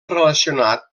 relacionat